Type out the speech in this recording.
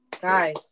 Guys